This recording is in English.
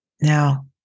Now